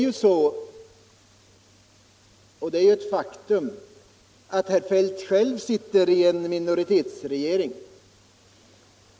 Men det är ju ett faktum att herr Feldt själv sitter i en minoritetsregering.